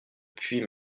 puis